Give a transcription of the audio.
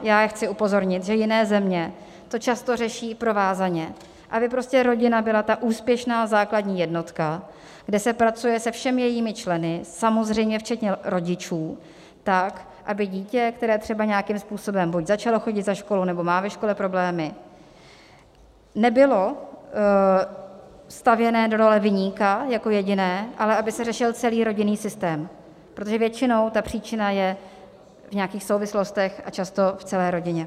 Já jen chci upozornit, že jiné země to často řeší provázaně, aby prostě rodina byla ta úspěšná základní jednotka, kde se pracuje se všemi jejími členy, samozřejmě včetně rodičů, tak, aby dítě, které třeba nějakým způsobem buď začalo chodit za školu, nebo má ve škole problémy, nebylo stavěné do role viníka jako jediné, ale aby se řešil celý rodinný systém, protože většinou příčina je v nějakých souvislostech a často v celé rodině.